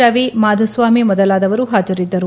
ರವಿ ಮಾಧುಸ್ವಾಮಿ ಮೊದಲಾದವರು ಹಾಜರಿದ್ದರು